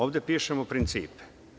Ovde pišemo principe.